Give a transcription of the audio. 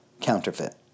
counterfeit